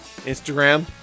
Instagram